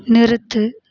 நிறுத்து